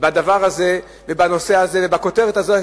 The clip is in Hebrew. בדבר הזה ובנושא הזה ובכותרת הזו,